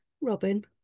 Robin